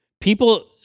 People